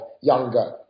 younger